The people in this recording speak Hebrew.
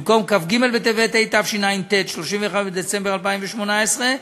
במקום כ"ג בטבת התשע"ט, 31 בדצמבר 2018,